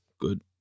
Good